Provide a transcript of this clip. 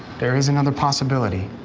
there is another possibility,